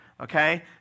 okay